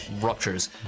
ruptures